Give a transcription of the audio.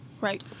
right